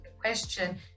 question